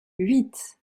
huit